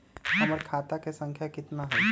हमर खाता के सांख्या कतना हई?